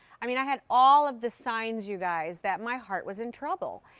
i mean i had all of the signs you guys that my heart was in trouble.